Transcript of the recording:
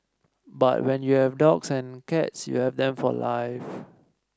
but when you have dogs and cats you have them for life